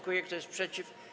Kto jest przeciw?